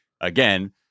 again